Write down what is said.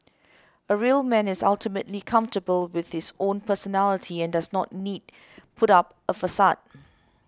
a real man is ultimately comfortable with his own personality and doesn't need put out a facade